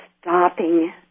stopping